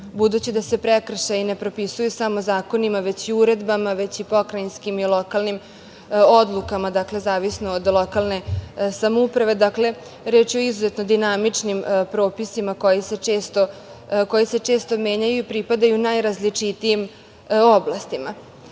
budući da se prekršaji ne propisuju samo zakonima, već i uredbama, već i pokrajinskim i lokalnim odlukama, dakle, zavisno od lokalne samouprave. Dakle, reč je o izuzetno dinamičnim propisima koji se često menjaju i pripadaju najrazličitijim oblastima. Takođe,